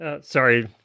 sorry